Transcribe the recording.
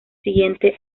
siguiente